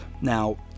now